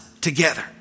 together